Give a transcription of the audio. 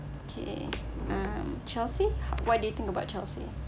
okay um chelsea what do you think about chelsea